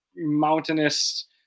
mountainous